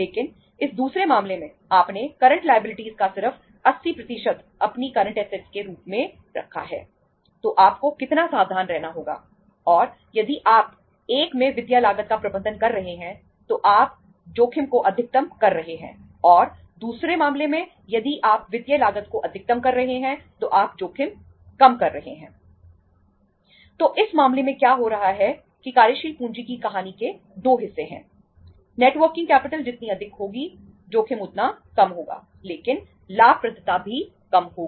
लेकिन इस दूसरे मामले में आपने करंट लायबिलिटी जितनी अधिक होगी जोखिम उतना कम होगा लेकिन लाभप्रदता भी कम होगी